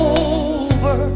over